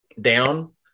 down